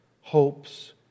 hopes